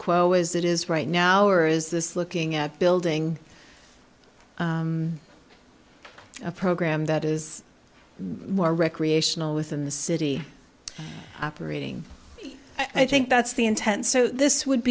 quo as it is right now or is this looking at building program that is more recreational within the city operating i think that's the intent so this would